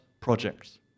projects